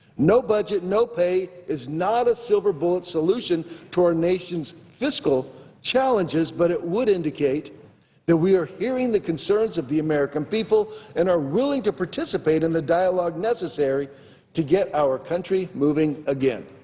no budget no pay is not a silver bullet solution to our nation's fiscal challenges, but it would indicate that we are hearing the concerns of the american people and are willing to participate in the dialogue necessary to get our country moving again.